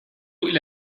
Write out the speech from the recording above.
إلى